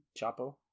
Chapo